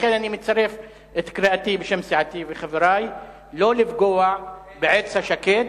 לכן אני מצרף את קריאתי בשם סיעתי וחברי: לא לפגוע בעץ השקמה.